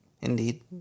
Indeed